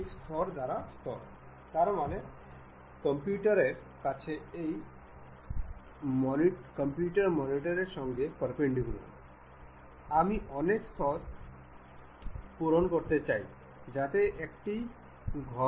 এটি একটি খুব সাধারণ কব্জা উদাহরণ যা সাধারণভাবে জানালা এবং দরজাগুলিতে ব্যবহৃত হয়